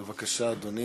בבקשה, אדוני.